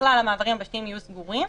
ככלל המעברים היבשתיים יהיו סגורים,